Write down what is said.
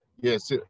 Yes